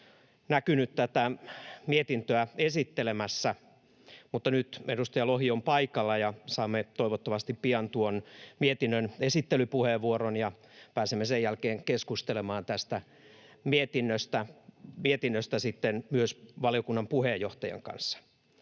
näkynyt tätä mietintöä esittelemässä, mutta nyt edustaja Lohi on paikalla ja saamme toivottavasti pian tuon mietinnön esittelypuheenvuoron ja pääsemme sen jälkeen keskustelemaan tästä mietinnöstä [Vilhelm Junnila: Nyt jo!] myös valiokunnan puheenjohtajan kanssa.